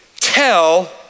tell